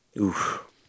Oof